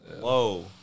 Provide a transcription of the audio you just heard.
Whoa